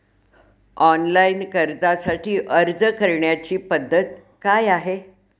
Online कर्जासाठी अर्ज करण्याची पद्धत काय आहे?